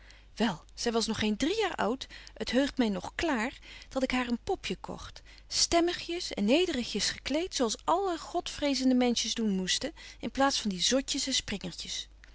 wel zy was nog geen drie jaar oud het heugt my nog klààr dat ik haar een popje kogt stemmigjes en nederigjes gekleet zo als alle godvrezende menschjes doen moesten in plaats van die zotjes en